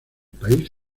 país